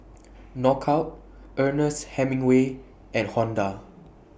Knockout Ernest Hemingway and Honda